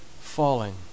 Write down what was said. falling